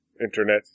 Internet